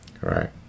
right